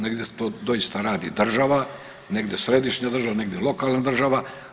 Negdje to doista radi država, negdje središnja država, negdje lokalna država.